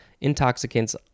intoxicants